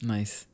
Nice